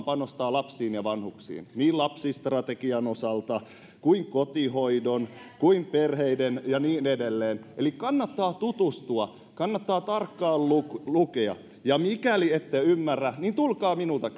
panostavat lapsiin ja vanhuksiin niin lapsistrategian osalta kuin kotihoidon kuin perheiden osalta ja niin edelleen eli kannattaa tutustua kannattaa tarkkaan lukea ja mikäli ette ymmärrä niin tulkaa minulta